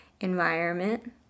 environment